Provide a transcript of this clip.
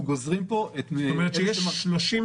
אנחנו גוזרים פה את אלה --- זאת אומרת שיש 32,000